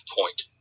point